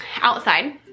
outside